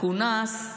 כונס,